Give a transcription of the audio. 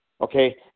okay